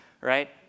right